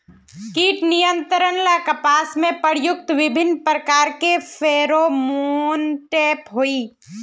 कीट नियंत्रण ला कपास में प्रयुक्त विभिन्न प्रकार के फेरोमोनटैप होई?